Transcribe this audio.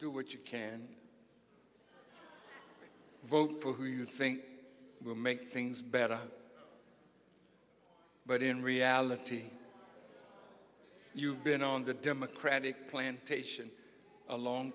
do what you can vote for who you think will make things better but in reality you've been on the democratic plan taishan a long